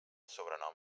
sobrenom